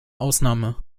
ausnahme